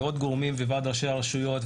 ועד ראשי הרשויות,